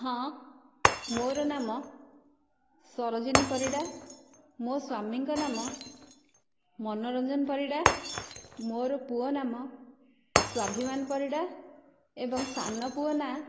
ହଁ ମୋର ନାମ ସରୋଜିନୀ ପରିଡ଼ା ମୋ ସ୍ୱାମୀଙ୍କ ନାମ ମନୋରଞ୍ଜନ ପରିଡ଼ା ମୋର ପୁଅ ନାମ ସ୍ୱାଭିମାନ ପରିଡ଼ା ଏବଂ ସାନ ପୁଅ ନାଁ